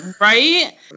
Right